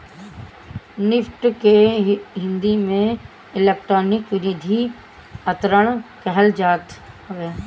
NEFT के हिंदी में electronic निधि अंतरण कहल जात हवे